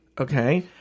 Okay